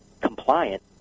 compliant